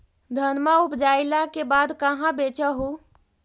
धनमा उपजाईला के बाद कहाँ बेच हू?